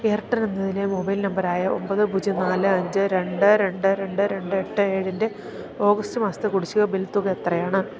Airtel എന്നതിലെ mobile നമ്പറായ ഒമ്പത് പൂജ്യം നാല് അഞ്ച് രണ്ട് രണ്ട് രണ്ട് രണ്ട് എട്ട് ഏഴിൻ്റെ ഓഗസ്റ്റ് മാസത്തെ കുടിശ്ശിക ബിൽ തുക എത്രയാണ്